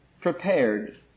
prepared